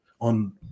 on